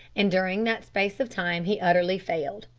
and during that space of time he utterly failed.